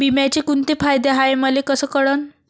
बिम्याचे कुंते फायदे हाय मले कस कळन?